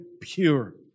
pure